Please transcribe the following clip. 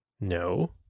No